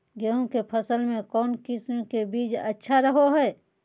गेहूँ के फसल में कौन किसम के बीज अच्छा रहो हय?